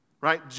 right